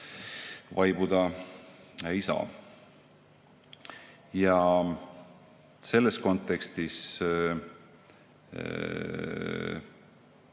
vaibuda ei saa. Selles kontekstis